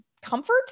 comfort